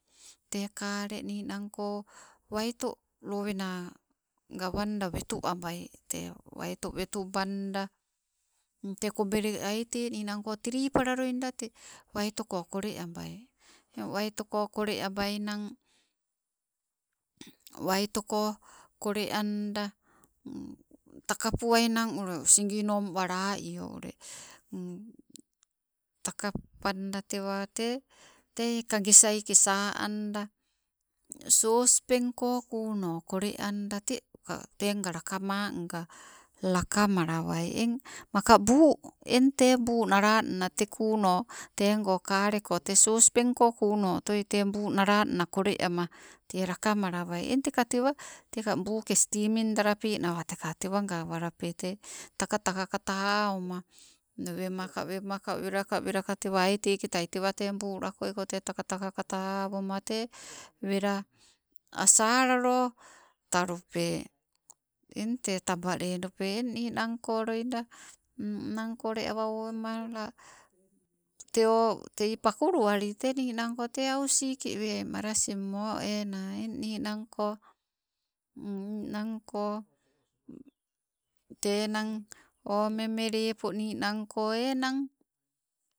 Tee kale ninangko waito lowenna gawenda wetu abai, tee waito wetubanda, te kobele aite ninangko tripala loida tego waitoko kole abai, eng waito kole abai nai. Waito kole anda takapuainang ule, siginon walan io ule takapanda tewa tei, te kagesaike sa anda sospenko kuno kole anda te, ka teanga lakamanga lakamalawai. Eng aka buu, eng tee buu nalanna te kunno tego kaleko tee sospenko kuno otoi tee buu nalanna kole ama. Tee lakamalawai eng teka tewa teka buuke stimin dalapenawa teka tewa gawlape te, takataka kata owoma, wemaka, wemeka, welaka, welaka tewa aiteketa, tewa, tee buu lako weko tee taka taka kata awoma tee, wela asalalotalupe. Eng tee taba ledupe, eng ninangko loida nnangko ule awa owema la, tee o, tei pakuluwali te ninangko te ausiki weai marasin moena, eng ninangko ninangko, tee enang oli memee lepo ninangko enang.